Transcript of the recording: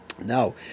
Now